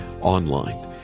online